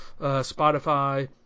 Spotify